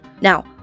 Now